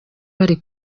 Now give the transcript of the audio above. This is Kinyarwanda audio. bari